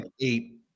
eight